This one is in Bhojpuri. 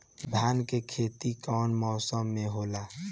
धान के खेती कवन मौसम में होला?